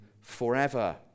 forever